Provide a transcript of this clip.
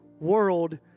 world